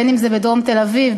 אם בדרום תל-אביב,